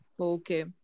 Okay